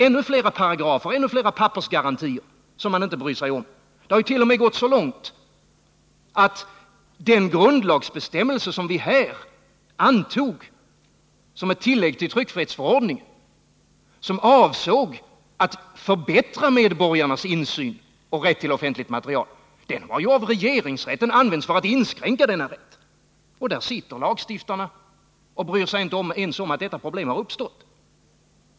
Ännu fler paragrafer, ännu fler pappersgarantier som man inte bryr sig om? Det hart.o.m. gått så långt att den grundlagsbestämmelse som vi antog som ett tillägg till tryckfrihetsförordningen och som var avsedd att förbättra medborgarnas insyn och rätt till offentligt material, den har av regeringsrätten använts till att inskränka denna rätt. Där sitter nu lagstiftarna och bryr sig inte ens om att detta problem har uppstått.